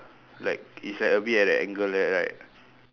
like it's like a bit at the angle like that right